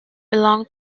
belong